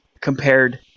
compared